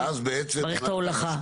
מערכת ההולכה.